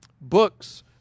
Books